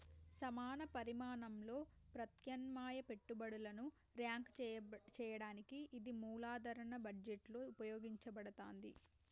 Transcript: సమాన పరిమాణంలో ప్రత్యామ్నాయ పెట్టుబడులను ర్యాంక్ చేయడానికి ఇది మూలధన బడ్జెట్లో ఉపయోగించబడతాంది